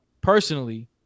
personally